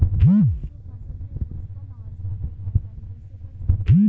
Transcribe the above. हमनी के फसल में पुष्पन अवस्था के पहचान कइसे कर सकत बानी?